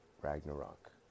Ragnarok